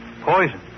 Poison